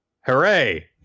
hooray